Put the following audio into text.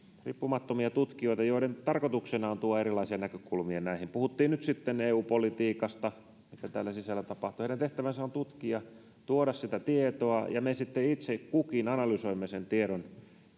riippumattomia tutkijoita joiden tarkoituksena on tuoda erilaisia näkökulmia näihin puhuttiin nyt sitten vaikka eu politiikasta mitä sen sisällä tapahtuu heidän tehtävänsä on tutkia ja tuoda sitä tietoa ja me sitten itse kukin analysoimme sen tiedon